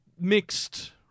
Mixed